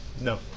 No